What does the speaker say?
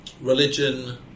religion